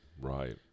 Right